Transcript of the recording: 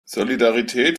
solidarität